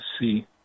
see